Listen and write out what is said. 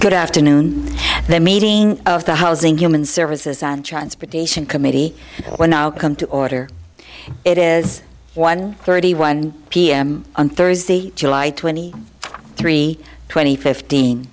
good afternoon the meeting of the housing human services and transportation committee when i'll come to order it is one thirty one p m on thursday july twenty three twenty fifteen